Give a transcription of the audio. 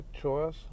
choice